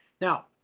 Now